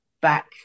back